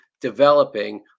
developing